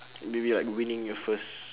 maybe like winning your first